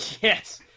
Yes